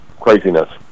craziness